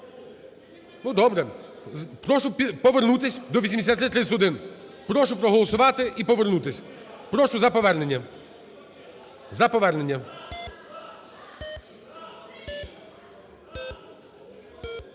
Ну, добре. Прошу повернутись до 8331. Прошу проголосувати і повернутись. Прошу за повернення. 14:15:02